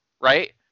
right